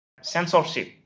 censorship